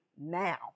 now